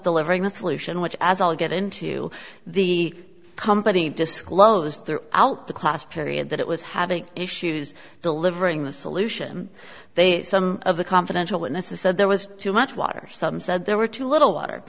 the liveryman solution which as all get into the company disclosed through out the class period that it was having issues delivering the solution they some of the confidential witnesses said there was too much water some said there were too little water